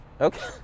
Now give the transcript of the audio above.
okay